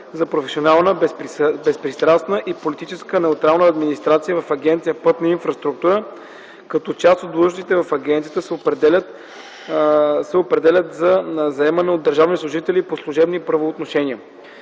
за професионална, безпристрастна и политически неутрална администрация в Агенция „Пътна инфраструктура”, като част от длъжностите в агенцията се определят за заемане от държавни служители по служебни правоотношения.